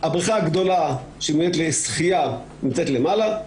הבריכה הגדולה שמיועדת לשחייה נמצאת למעלה.